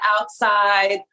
outside